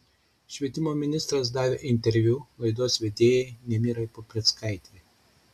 švietimo ministras davė interviu laidos vedėjai nemirai pumprickaitei